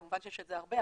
כמובן שיש את זה הרבה,